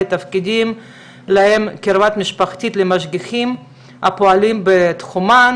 תפקידים להם קרבה משפחתית למשגיחים הפועלים בתחומן,